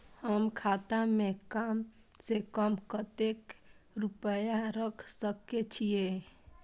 हम खाता में कम से कम कतेक रुपया रख सके छिए?